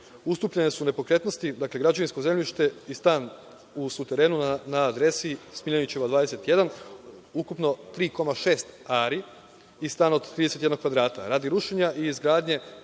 ustupljene su nepokretnosti, građevinsko zemljište i stan u suterenu na adresi Smiljanićeva 21, ukupno 3,6 ari i stan od 31 kvadrata, radi rušenja i izgradnje